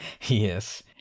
Yes